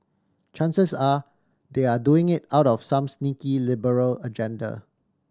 chances are they are doing it out of some sneaky liberal agenda